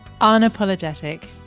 unapologetic